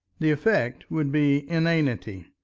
the effect would be inanity.